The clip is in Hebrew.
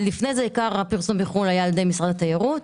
לפני כן עיקר הפרסום בחו"ל היה על-ידי משרד התיירות.